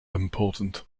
important